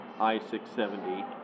I-670